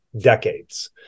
decades